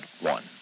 one